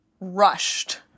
rushed